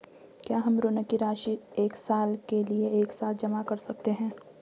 क्या हम ऋण की राशि एक साल के लिए एक साथ जमा कर सकते हैं?